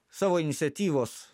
savo iniciatyvos